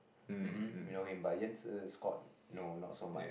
mm hmm we know him but Yan Zi's scored no not so much